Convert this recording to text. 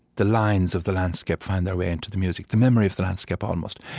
the lines of the landscape find their way into the music, the memory of the landscape almost,